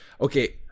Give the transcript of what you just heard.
okay